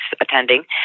attending